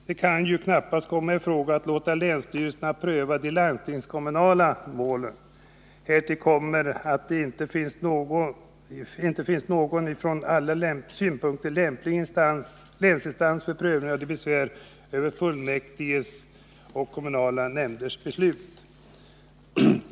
Det kan ju knappast komma i fråga att låta länsstyrelsen pröva de landstingskommunala målen. Härtill kommer att det inte finns någon från alla synpunkter lämplig länsinstans för prövning av besvär över fullmäktiges och kommunala nämnders beslut.